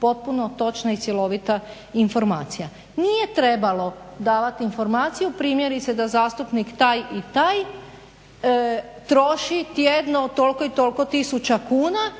potpuno točna i cjelovita informacija. Nije trebalo davati informaciju primjerice da zastupnik taj i taj troši tjedno toliko i toliko tisuća kuna